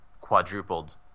quadrupled